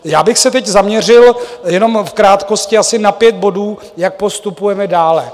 Já bych se teď zaměřil jenom v krátkosti na asi pět bodů, jak postupujeme dále.